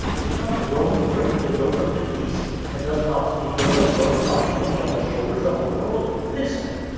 did not rome break the yoke of the east, and does not the yoke of rome lie heavy on the shoulders of the world? listen!